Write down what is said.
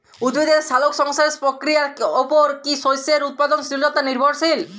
উদ্ভিদের সালোক সংশ্লেষ প্রক্রিয়ার উপর কী শস্যের উৎপাদনশীলতা নির্ভরশীল?